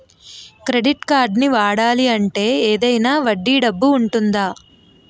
Credit కార్డ్ని వాడాలి అంటే ఏదైనా వడ్డీ డబ్బు ఉంటుందా?